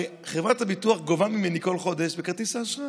הרי חברת הביטוח גובה ממני כל חודש בכרטיס האשראי,